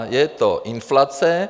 Je to inflace.